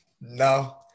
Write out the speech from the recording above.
No